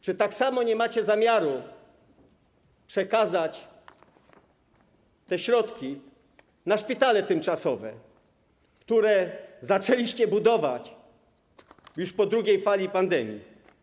Czy tak samo nie macie zamiaru przekazać tych środków na szpitale tymczasowe, które zaczęliście budować już po drugiej fali pandemii?